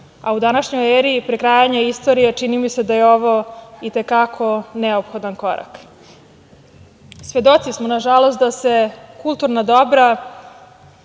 a u današnjoj eri i prekrajanja istorije, čini mi se da je ovo i te kako neophodan korak. Svedoci smo, nažalost da se kulturna dobra,